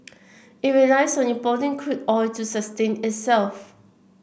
it relies on importing crude oil to sustain itself